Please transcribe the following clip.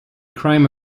crime